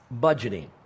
Budgeting